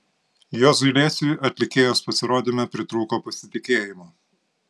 juozui liesiui atlikėjos pasirodyme pritrūko pasitikėjimo